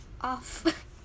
off